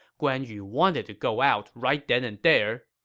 guan yu wanted to go out right then and there,